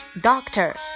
Doctor